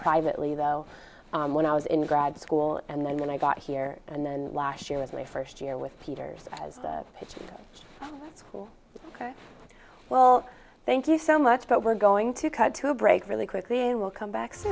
privately though when i was in grad school and then when i got here and then last year was my first year with peter's pitching school ok well thank you so much but we're going to cut to a break really quickly and we'll come back so